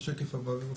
יש